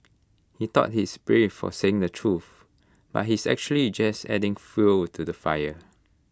he thought he's brave for saying the truth but he's actually just adding fuel to the fire